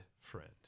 friend